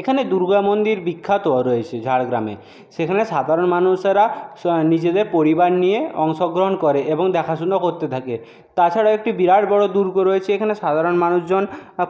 এখানে দুর্গামন্দির বিখ্যাত রয়েছে ঝাড়গ্রামে সেখানে সাধারণ মানুষেরা নিজেদের পরিবার নিয়ে অংশগ্রহণ করে এবং দেখাশুনো করতে থাকে তাছাড়াও একটি বিরাট বড়ো দুর্গ রয়েছে এখানে সাধারণ মানুষজন